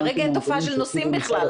כרגע אין תופעה של נוסעים בכלל,